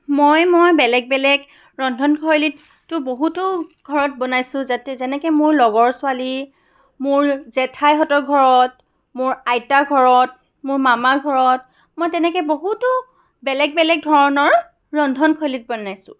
মই মই বেলেগ বেলেগ ৰন্ধনশৈলীত তো বহুতো ঘৰত বনাইছোঁ যেনেকৈ মোৰ লগৰ ছোৱালী মোৰ জেঠাইহঁতৰ ঘৰত মোৰ আইতাৰ ঘৰত মোৰ মামা ঘৰত মই তেনেকৈ বহুতো বেলেগ বেলেগ ধৰণৰ ৰন্ধনশৈলীত বনাইছোঁ